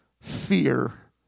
fear